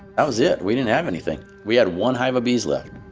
that was it. we didn't have anything. we had one hive of bees left